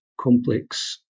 complex